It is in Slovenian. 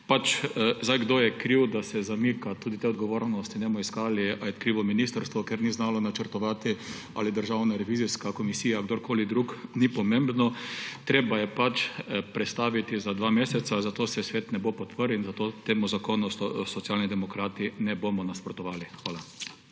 Sloveniji. Kdo je kriv, da se zamika, tudi te odgovornosti ne bomo iskali, ali je krivo ministrstvo, ker ni znalo načrtovati, ali Državna revizijska komisija ali kdorkoli drug, ni pomembno. Treba je pač prestaviti za dva meseca, svet se zato ne bo podprl. Temu zakonu Socialni demokrati ne bomo nasprotovali. Hvala.